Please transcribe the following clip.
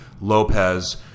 Lopez